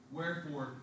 Wherefore